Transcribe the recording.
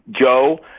Joe